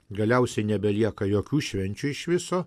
galiausiai nebelieka jokių švenčių iš viso